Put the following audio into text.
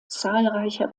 zahlreicher